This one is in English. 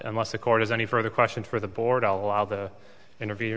nless the court is any further questions for the board allow the interview